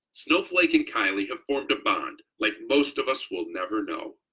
snowflake and kylie have formed a bond like most of us will never know.